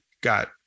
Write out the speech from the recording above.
got